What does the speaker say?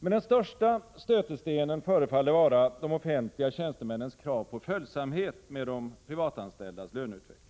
Men den största stötestenen förefaller vara de offentliga tjänstemännens krav på följsamhet med de privatanställdas löneutveckling.